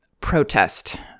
protest